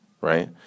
right